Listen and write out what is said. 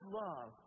love